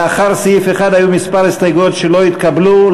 לאחר סעיף 1 היו כמה הסתייגויות שלא התקבלו.